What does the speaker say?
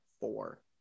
four